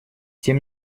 тем